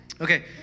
Okay